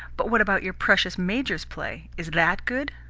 but what about your precious major's play? is that good?